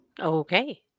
Okay